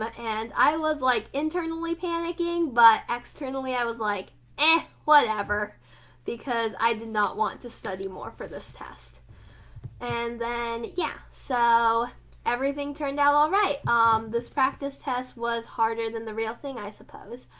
but and i was like internally panicking, but externally i was like ah, and whatever because i did not want to study more for this test and then yeah, so everything turned out all right um this practice test was harder than the real thing i suppose.